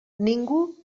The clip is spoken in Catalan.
ningú